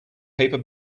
paper